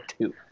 two